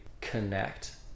connect